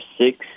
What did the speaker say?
six